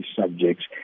subjects